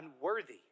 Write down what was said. unworthy